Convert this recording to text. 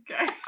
Okay